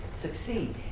succeed